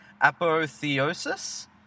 apotheosis